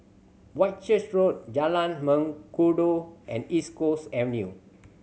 Whitchurch Road Jalan Mengkudu and East Coast Avenue